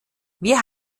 wir